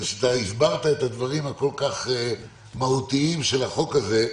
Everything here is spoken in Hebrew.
כשהסברת את הדברים הכול כך מהותיים של החוק הזה,